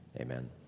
Amen